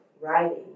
writing